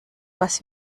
was